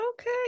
okay